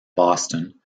boston